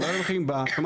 הרי --- לוקחים ב ---,